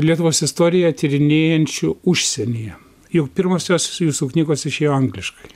lietuvos istoriją tyrinėjančiu užsienyje jau pirmosios jūsų knygos išėjo angliškai